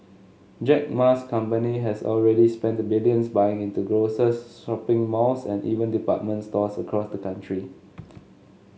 Jack Ma's company has already spent the billions buying into grocers shopping malls and even department stores across the country